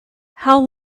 how